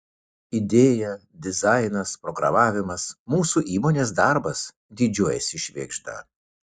idėja dizainas programavimas mūsų įmonės darbas didžiuojasi švėgžda